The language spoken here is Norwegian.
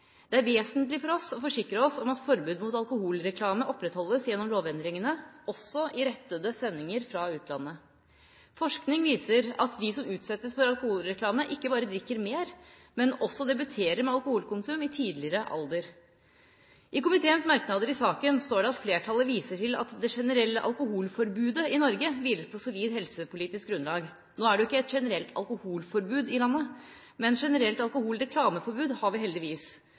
Det er vesentlig for oss å forsikre oss om at forbud mot alkoholreklame opprettholdes gjennom lovendringene – også i rettede sendinger fra utlandet. Forskning viser at de som utsettes for alkoholreklame, ikke bare drikker mer, men også debuterer med alkoholkonsum i tidligere alder. I komiteens merknader i saken står det at flertallet viser til at det generelle alkoholforbudet i Norge hviler på solid helsepolitisk grunnlag. Nå er det jo ikke generelt alkoholforbud i landet, men generelt alkoholreklameforbud har vi heldigvis.